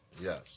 Yes